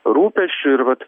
rūpesčių ir vat